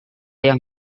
yang